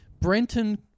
Brenton